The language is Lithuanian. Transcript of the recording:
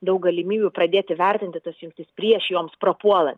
daug galimybių pradėti vertinti tas jungtis prieš joms prapuolan